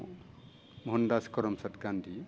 Mohandas Karamchand Gandhi